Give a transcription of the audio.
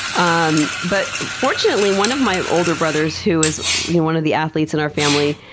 um but fortunately, one of my older brothers, who is you know one of the athletes in our family,